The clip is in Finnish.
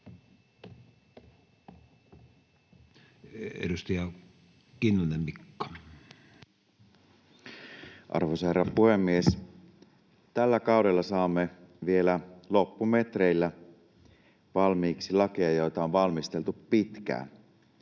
22:17 Content: Arvoisa herra puhemies! Tällä kaudella saamme vielä loppumetreillä valmiiksi lakeja, joita on valmisteltu pitkään.